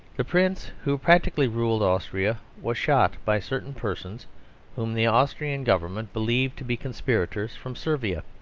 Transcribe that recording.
the prince who practically ruled austria was shot by certain persons whom the austrian government believed to be conspirators from servia.